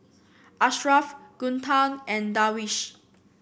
Ashraff Guntur and Darwish